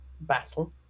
battle